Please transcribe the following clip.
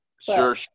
Sure